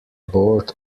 board